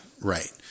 Right